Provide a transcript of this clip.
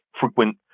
frequent